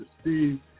Steve